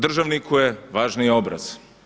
Državniku je važniji obraz.